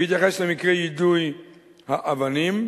בהתייחס למקרי יידוי האבנים,